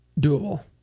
doable